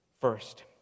First